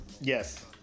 yes